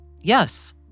Yes